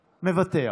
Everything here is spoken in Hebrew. מוותר.